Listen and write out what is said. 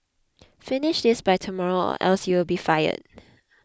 finish this by tomorrow or else you'll be fired